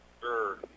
Sure